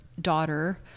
daughter